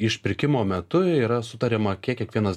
išpirkimo metu yra sutariama kiek kiekvienas